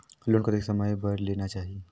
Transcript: Loan कतेक समय बर लेना चाही?